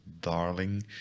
darling